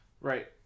Right